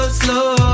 slow